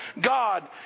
God